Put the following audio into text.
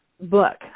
book